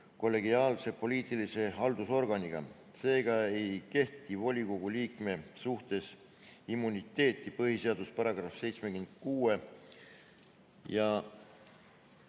kollegiaalse poliitilise haldusorganiga. Seega ei kehti volikogu liikme suhtes immuniteedi (põhiseaduse § 76) ja